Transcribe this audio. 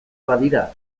badira